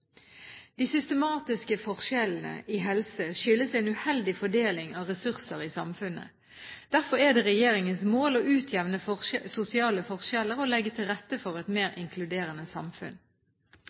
De systematiske forskjellene i helse skyldes en uheldig fordeling av ressurser i samfunnet. Derfor er det regjeringens mål å utjevne sosiale forskjeller og legge til rette for et mer inkluderende samfunn.